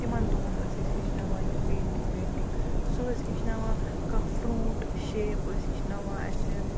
تِمَن دۄہَن ٲسۍ أسۍ ہیٚچھناوان یہِ پیٚنٛٹِنٛگ ویٚنٛٹِنٛگ سُہ ٲسۍ ہیٚچھناوان کانٛہہ فرٛوٗٹ شیپ ٲسۍ ہیٚچھناوان اَسہِ